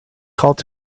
called